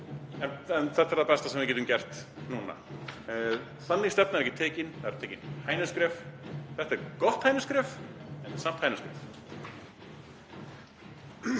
en þetta er það besta sem við getum gert núna. Þannig að stefna er ekki tekin. Það eru tekin hænuskref. Þetta er gott hænuskref en þetta er samt hænuskref.